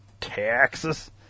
Texas